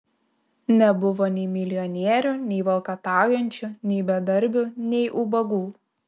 nebuvo nei milijonierių nei valkataujančių nei bedarbių nei ubagų